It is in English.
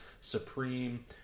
Supreme